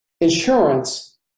Insurance